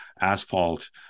asphalt